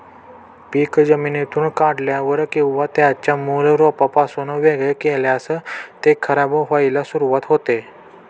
पीक जमिनीतून काढल्यावर किंवा त्याच्या मूळ रोपापासून वेगळे केल्यास ते खराब व्हायला सुरुवात होते